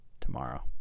tomorrow